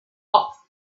off